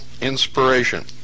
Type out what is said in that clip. inspiration